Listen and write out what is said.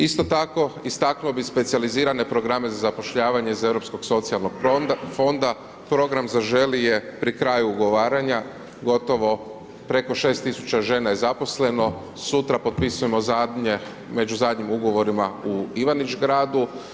Isto tako istaknuo bi specijalizirane programe za zapošljavanje iz Europskog socijalnog fonda, program Zaželi je pri kraju ugovaranja, gotovo preko 6.000 žena je zaposleno, sutra potpisujemo zadnje, među zadnjim ugovorima u Ivanić Gradu.